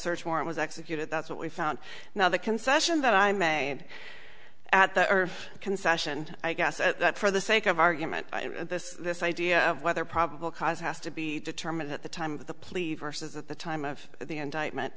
search warrant was executed that's what we found now the concession that i made at the concession i guess for the sake of argument this this idea of whether probable cause has to be determined at the time of the plea versus at the time of the indictment